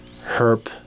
herp